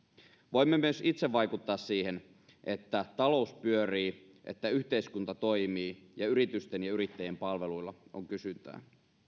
voimme myös itse vaikuttaa siihen että talous pyörii että yhteiskunta toimii ja yritysten ja yrittäjien palveluilla on kysyntää